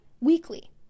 weekly